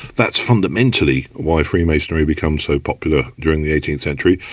that's fundamentally why freemasonry becomes so popular during the eighteenth century,